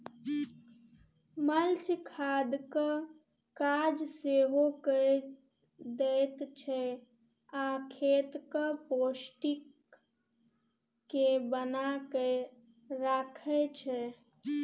mulch खादक काज सेहो कए दैत छै आ खेतक पौष्टिक केँ बना कय राखय छै